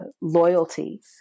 loyalty